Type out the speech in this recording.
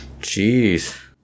Jeez